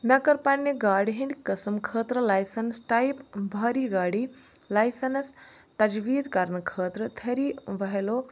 مےٚ کٔر پننہِ گاڑِ ہِنٛدِ قٕسم خٲطرٕ لایسنس ٹایِپ بھاری گاڑی لایسَنس تجدیٖد کرنہٕ خٲطرٕتھری وہیلو